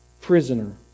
prisoner